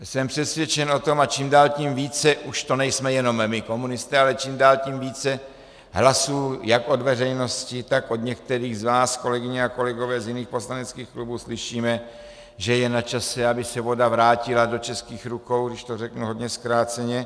Jsem přesvědčen o tom a čím dál tím více už to nejsme jenom my komunisté, ale čím dál tím více hlasů jak od veřejnosti, tak od některých z vás, kolegyně a kolegové z jiných poslaneckých klubů, slyšíme, že je na čase, aby se voda vrátila do českých rukou, když to řeknu hodně zkráceně.